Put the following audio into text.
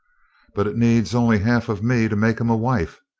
but it needs only half of me to make him a wife,